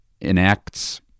enacts